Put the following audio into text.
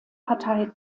partei